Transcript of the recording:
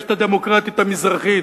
"הקשת הדמוקרטית המזרחית",